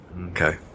okay